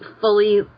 fully